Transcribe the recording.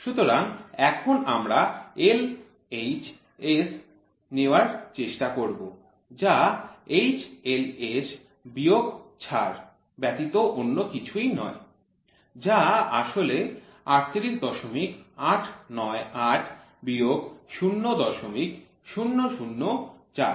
সুতরাং এখন আমরা LHS নেওয়ার চেষ্টা করব যা HLS বিয়োগ ছাড় ব্যতীত অন্য কিছু নয় যা আসলে ৩৮৮৯৮ বিয়োগ ০০০৪